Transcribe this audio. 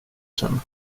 sen